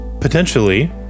Potentially